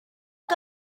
que